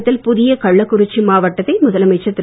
தமிழகத்தில் புதிய கள்ளக்குறிச்சி மாவட்டத்தை முதலமைச்சர் திரு